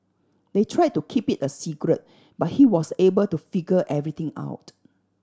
they tried to keep it a secret but he was able to figure everything out